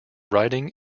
writing